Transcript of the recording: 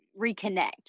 reconnect